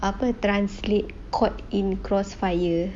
apa translate caught in cross fire